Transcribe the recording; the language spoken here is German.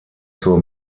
zur